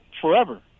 forever